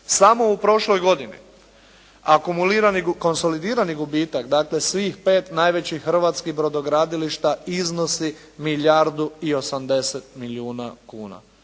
Samo u prošloj godini akumulirani, konsolidirani gubitak, dakle, svih pet najvećih hrvatskih brodogradilišta iznosi milijardu i 80 milijuna kuna,